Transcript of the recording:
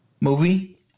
movie